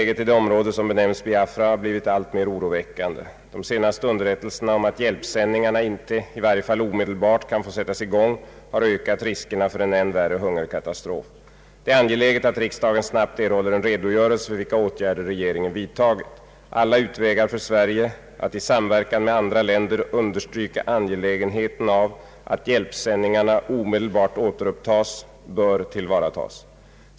Herr talman! Läget i Biafra har blivit alltmera oroväckande. De senaste underrättelserna om att hjälpsändningarna inte, i varje fall omedelbart, kan få sättas i gång har ökat riskerna för en än värre hungerkatastrof. Det är angeläget att riksdagen snabbt erhåller en redogörelse för vilka åtgärder regeringen vidtagit. Alla utvägar för Sverige att i samverkan med andra länder understryka angelägenheten av = att hjälpsändningarna omedelbart Ååterupptas bör tillvaratas.